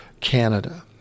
Canada